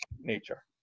nature